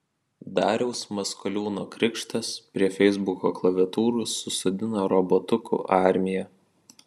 dariaus maskoliūno krikštas prie feisbuko klaviatūrų susodino robotukų armiją